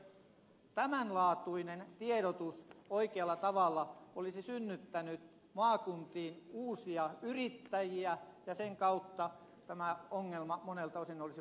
eikö tämänlaatuinen tiedotus oikealla tavalla tehtynä olisi synnyttänyt maakuntiin uusia yrittäjiä ja eikö sen kautta tämä ongelma monelta osin olisi voitu välttää